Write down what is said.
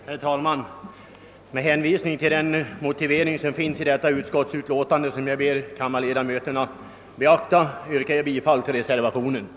Herr talman! Med hänvisning till den motivering som finns i utskottsutlåtandet ber jag att få yrka bifall till utskottets hemställan.